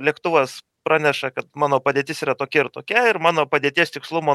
lėktuvas praneša kad mano padėtis yra tokia ir tokia ir mano padėties tikslumo